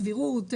סבירות.